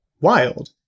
wild